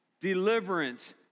deliverance